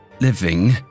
living